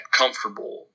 comfortable